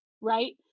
right